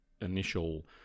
initial